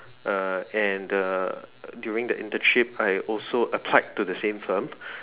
uh and the during the internship I also applied to the same firm